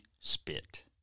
spit